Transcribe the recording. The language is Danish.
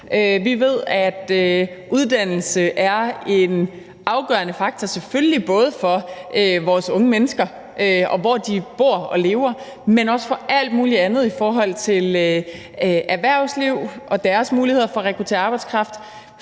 Vi ved, at uddannelse er en afgørende faktor, selvfølgelig både for vores unge mennesker der, hvor de bor og lever, men også for alt muligt andet i forhold til erhvervsliv og deres muligheder for at rekruttere arbejdskraft,